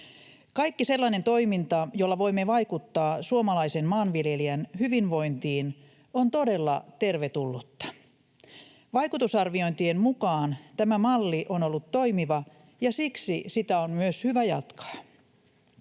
Kaikki sellainen toiminta, jolla voimme vaikuttaa suomalaisen maanviljelijän hyvinvointiin, on todella tervetullutta. Vaikutusarviointien mukaan tämä malli on ollut toimiva, ja siksi sitä on myös hyvä jatkaa.